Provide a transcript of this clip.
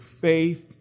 faith